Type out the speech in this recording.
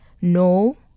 No